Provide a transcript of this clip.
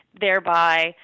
thereby